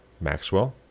Maxwell